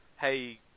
Hey